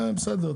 בסדר,